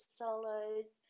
solos